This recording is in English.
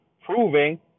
proving